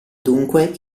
dunque